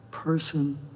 person